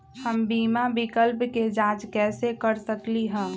हम बीमा विकल्प के जाँच कैसे कर सकली ह?